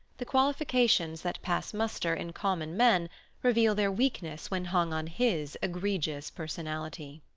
the qualifications that pass muster in common men reveal their weakness when hung on his egregious personality.